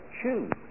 choose